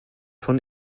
von